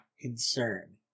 concern